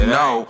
no